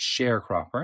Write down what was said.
sharecropper